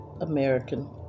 American